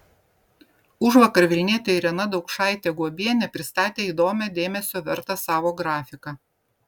užvakar vilnietė irena daukšaitė guobienė pristatė įdomią dėmesio vertą savo grafiką